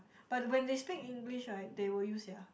but when they speak English right they will use sia